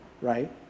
right